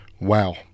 Wow